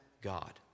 God